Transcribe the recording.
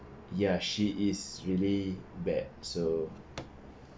ya she is really bad so